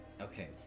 Okay